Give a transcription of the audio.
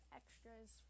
extras